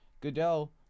Goodell